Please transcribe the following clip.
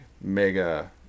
mega